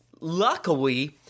luckily